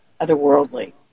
otherworldly